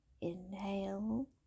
Inhale